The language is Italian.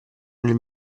nel